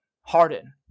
Harden